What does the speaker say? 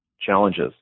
challenges